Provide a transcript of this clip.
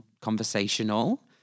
conversational